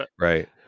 right